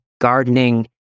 gardening